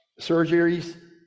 surgeries